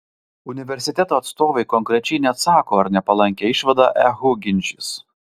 universiteto atstovai konkrečiai neatsako ar nepalankią išvadą ehu ginčys